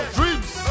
Dreams